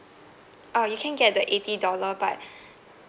ah you can get the eighty dollar but